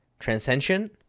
Transcension